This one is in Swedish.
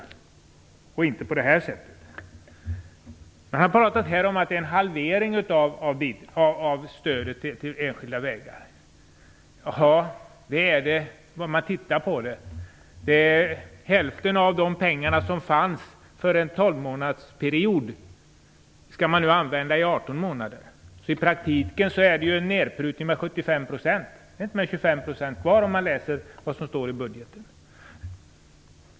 Det skall inte ske på det här sättet. Man har här talat om att det är en halvering av stödet till enskilda vägar. Ja, så kan man se på det. månadersperiod skall nu användas i 18 månader. Så i praktiken är det en nerprutning med 75 %. Enligt vad som står i budgeten blir det inte mer än 25 % kvar.